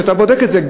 כשאתה בודק את זה,